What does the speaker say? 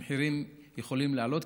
המחירים יכולים לעלות,